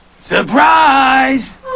Surprise